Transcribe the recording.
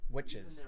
Witches